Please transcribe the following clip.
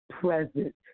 present